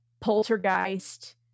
poltergeist